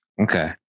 Okay